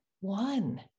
one